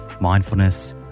mindfulness